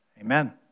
Amen